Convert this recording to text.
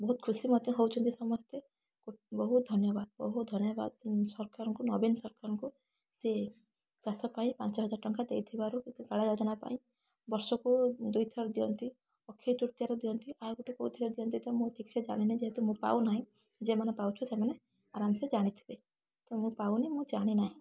ବହୁତ ଖୁସି ମଧ୍ୟ ହଉଛନ୍ତି ସମସ୍ତେ ବହୁତ ଧନ୍ୟବାଦ ବହୁତ ଧନ୍ୟବାଦ ସରକାରଙ୍କୁ ନବୀନ ସରକାରଙ୍କୁ ସେ ଚାଷପାଇଁ ପାଞ୍ଚହଜାର ଟଙ୍କା ଦେଇଥିବାରୁ କାଳିଆ ଯୋଜନା ପାଇଁ ବର୍ଷକୁ ଦୁଇଥର ଦିଅନ୍ତି ଅକ୍ଷି ତୃତୀୟାରେ ଦିଅନ୍ତି ଆଉ ଗୋଟେ କେଉଁଥିରେ ଦିଅନ୍ତି ତ ମୁଁ ଠିକସେ ଜାଣିନି ଯେହେତୁ ମୁଁ ପାଉନାହିଁ ଯେ ମାନେ ପାଉଥିବେ ସେମାନେ ଆରାମ ସେ ଜାଣିଥିବେ ତ ମୁଁ ପାଉନି ମୁଁ ଜାଣିନାହିଁ